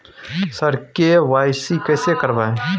sir KYC कैसे करवाएं